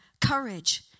courage